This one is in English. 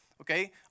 Okay